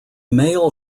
male